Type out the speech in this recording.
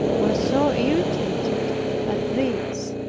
were so irritated at this,